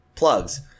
plugs